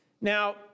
Now